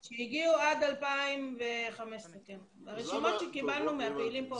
2015. כאלה שהגיעו עד 2015. אלה הרשימות שקיבלנו מהפעילים פה בארץ.